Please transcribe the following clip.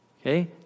Okay